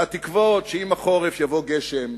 והתקוות שעם החורף יבוא גשם,